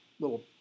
little